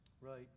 Right